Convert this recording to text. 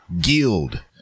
Guild